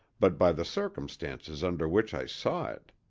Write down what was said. but by the circumstances under which i saw it.